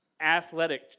athletic